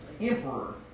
emperor